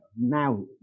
now